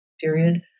period